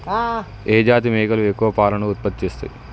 ఏ జాతి మేకలు ఎక్కువ పాలను ఉత్పత్తి చేస్తయ్?